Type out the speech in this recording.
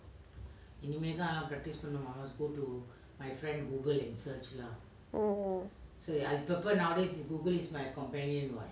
oo